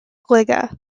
lega